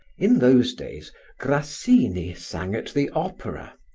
in those days grassini sang at the opera,